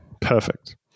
Perfect